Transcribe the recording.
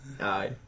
aye